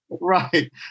Right